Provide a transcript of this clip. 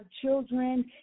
children